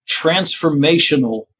transformational